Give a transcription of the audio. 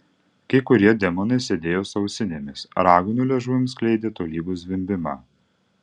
kai kurie demonai sėdėjo su ausinėmis raganų liežuvavimas skleidė tolygų zvimbimą